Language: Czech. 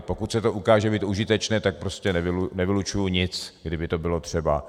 Pokud se to ukáže být užitečné, tak prostě nevylučuju nic, kdyby to bylo třeba.